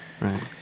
right